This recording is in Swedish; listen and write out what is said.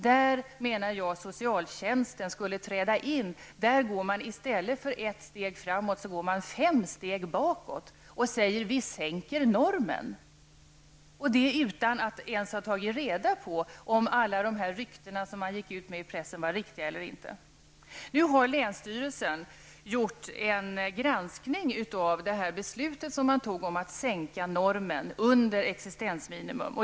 Där menar jag att socialtjänsten skulle träda in, men där går man i stället för ett steg framåt fem steg bakåt och säger att man sänker normen. Detta gör man utan att ens ha tagit reda på om alla dessa rykten som förekommit i pressen har varit riktiga eller inte. Länsstyrelsen har nu gjort en granskning av beslutet om att sänka normen under existensminimum.